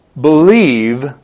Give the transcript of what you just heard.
believe